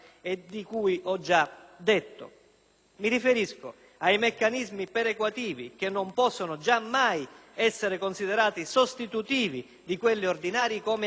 Mi riferisco ai meccanismi perequativi, che non possono giammai essere considerati sostitutivi di quelli ordinari (come accadde con la truffa negli anni Sessanta